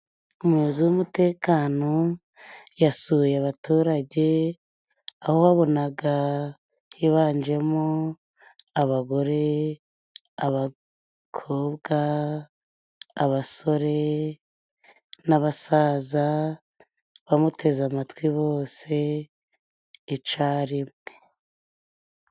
Umuyobozi w'umutekano yasuye abaturage aho wabonaga higanjemo :abagore ,abakobwa, abasore n'abasaza bamuteze amatwi bose icarimwe.